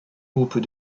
groupes